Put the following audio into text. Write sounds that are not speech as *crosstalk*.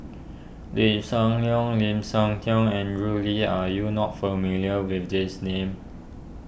Lim Siah *unintelligible* Lim Siah Tong Andrew Lee are you not familiar with these names